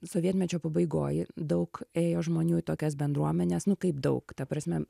sovietmečio pabaigoj daug ėjo žmonių į tokias bendruomenes nu kaip daug ta prasme